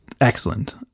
excellent